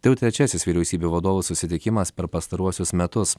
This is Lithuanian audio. tai jau trečiasis vyriausybių vadovų susitikimas per pastaruosius metus